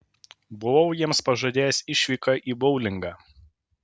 buvau jiems pažadėjęs išvyką į boulingą